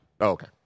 Okay